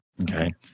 Okay